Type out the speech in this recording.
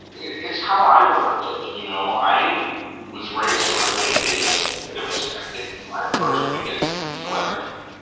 it's how i learned it. you know, i was raised sort of an atheist in a bit of a skeptic and my first weekend equal energy,